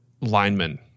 linemen